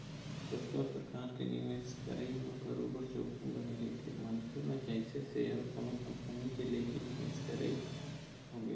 कतको परकार के निवेश करई म बरोबर जोखिम बने रहिथे मनखे ल जइसे सेयर कोनो कंपनी के लेके निवेश करई होगे